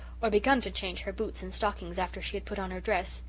or begun to change her boots and stockings after she had put on her dress.